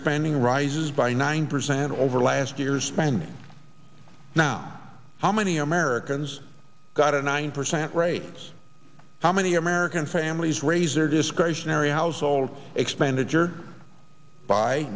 spending rises by nine percent over last year's spending now how many americans got a nine percent rates how many american families raise their discretionary household expenditure by